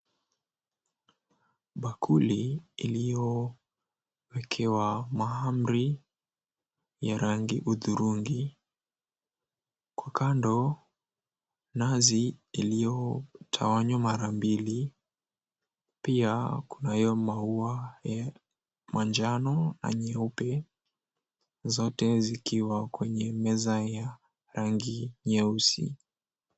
Bakuli iliyowekewa mahamri ya rangi udhurungi, kwa kando nazi iliyotawanywa mara mbili pia kunayo maua ya manjano na nyeupe zote zikiwa kwenye meza ya rangi nyeusi.